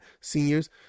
seniors